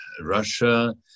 Russia